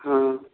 हँ